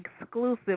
exclusive